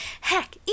Heck